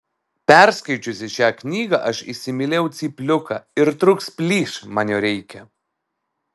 perskaičiusi šią knygą aš įsimylėjau cypliuką ir trūks plyš man jo reikia